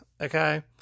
okay